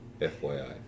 FYI